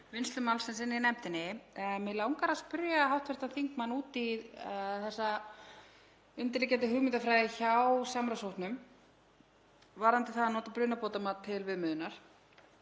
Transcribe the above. vinnslu málsins í nefndinni. Mig langar að spyrja hv. þingmann út í þessa undirliggjandi hugmyndafræði hjá samráðshópnum varðandi það að nota brunabótamat til viðmiðunar.